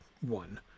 one